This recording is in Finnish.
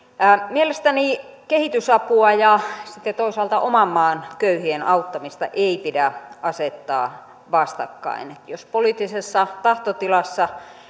mielestäni kehitysapua ja toisaalta oman maan köyhien auttamista ei pidä asettaa vastakkain jos poliittisessa tahtotilassa